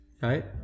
right